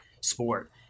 sport